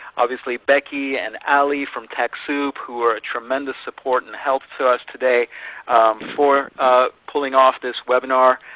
obviously, becky and from techsoup who are a tremendous support and help to us today for pulling off this webinar.